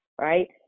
right